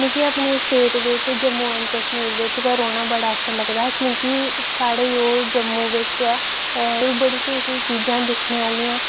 मिगी अपनी स्टेट बिच जम्मू एंड कश्मीर बिच गै रौह्ना बड़ा अच्छा लग्गदा ऐ क्योंकि साढ़े ओह् जम्मू बिच ऐ बड़ी स्हेई स्हेई चीजां न दिक्खने आह्लियां